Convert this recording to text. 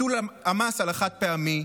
ביטול המס על החד-פעמי,